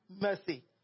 Mercy